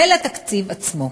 ולתקציב עצמו.